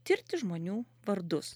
tirti žmonių vardus